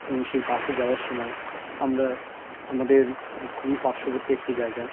এবং সেই বাসে যাওয়ার সময় আমরা আমাদের খুবই পার্শ্ববর্তী একটি জায়গা